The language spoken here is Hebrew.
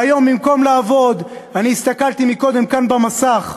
והיום, במקום לעבוד, אני הסתכלתי קודם כאן במסך: